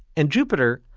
and jupiter,